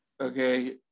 okay